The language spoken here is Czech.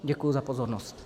Děkuji za pozornost.